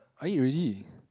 I eat already